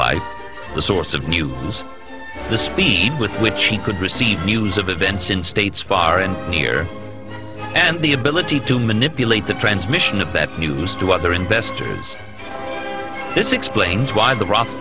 life the source of new news the speed with which he could receive news of events in states far and near and the ability to manipulate the transmission of that news to other investors this explains why the ro